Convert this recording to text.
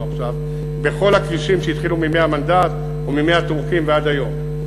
עכשיו: בכל הכבישים שהתחילו מימי המנדט או מימי הטורקים ועד היום.